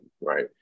right